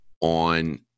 on